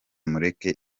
mureke